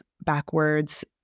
backwards